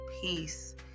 peace